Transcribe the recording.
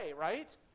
right